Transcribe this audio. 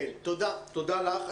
תודה לך.